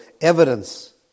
evidence